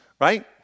right